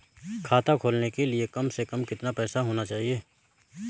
खाता खोलने के लिए कम से कम कितना पैसा होना चाहिए?